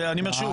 ואני אומר שוב,